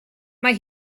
mae